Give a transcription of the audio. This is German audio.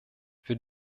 wir